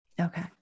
Okay